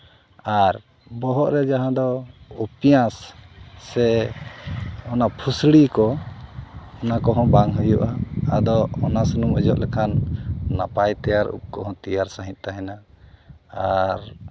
ᱟᱨ ᱵᱚᱦᱚᱜ ᱨᱮ ᱡᱟᱦᱟᱸ ᱫᱚ ᱩᱯᱭᱟᱹᱥ ᱥᱮ ᱚᱱᱟ ᱯᱷᱩᱥᱲᱤ ᱠᱚ ᱚᱱᱟ ᱠᱚᱦᱚᱸ ᱵᱟᱝ ᱦᱩᱭᱩᱜᱼᱟ ᱟᱫᱚ ᱚᱱᱟ ᱥᱩᱱᱩᱢ ᱚᱡᱚᱜ ᱞᱮᱠᱷᱟᱱ ᱱᱟᱯᱟᱭ ᱛᱮᱭᱟᱨ ᱩᱵ ᱠᱚᱦᱚᱸ ᱛᱮᱭᱟᱨ ᱥᱟᱺᱦᱤᱡ ᱛᱟᱦᱮᱱᱟ ᱟᱨ